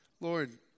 Lord